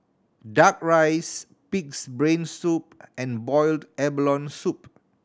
Duck Rice Pig's Brain Soup and boiled abalone soup